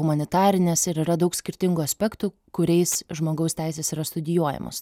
humanitarinės ir yra daug skirtingų aspektų kuriais žmogaus teisės yra studijuojamos